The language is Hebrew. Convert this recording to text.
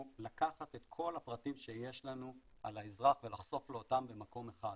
הוא לקחת את כל הפרטים שיש לנו על האזרח ולחשוף לו אותם במקום אחד.